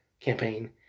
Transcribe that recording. campaign